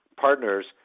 partners